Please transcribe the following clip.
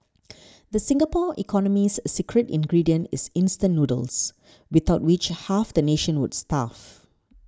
the Singapore economy's secret ingredient is instant noodles without which half the nation would starve